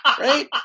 right